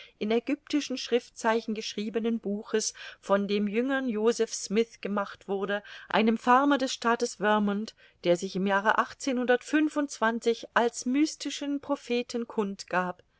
in ägyptischen schriftzeichen geschriebenen buches von dem jüngern joseph smyth gemacht wurde einem farmer des staates vermont der sich im jahre als mystischen propheten kund gab